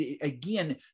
again